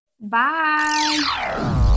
Bye